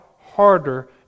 harder